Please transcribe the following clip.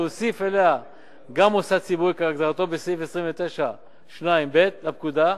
להוסיף אליה גם מוסד ציבורי כהגדרתו בסעיף 29(2)(ב) לפקודה,